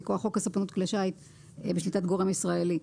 מכוח חוק הספנות כלי שיט בשליטת גורם ישראלי.